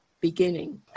beginning